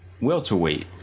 Welterweight